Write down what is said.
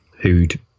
who'd